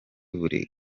buri